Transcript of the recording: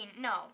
No